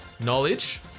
Knowledge